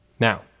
Now